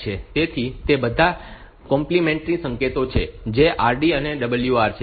તેથી તે બધા કોમ્પ્લિમેન્ટ્રી સંકેતો છે જે RD WR છે